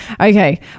Okay